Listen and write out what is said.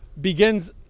begins